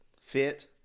fit